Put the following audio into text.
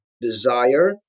desire